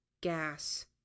Gas